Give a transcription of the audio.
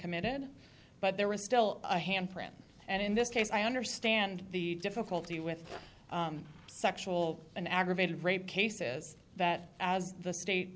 committed but there was still a handprint and in this case i understand the difficulty with sexual and aggravated rape cases that as the state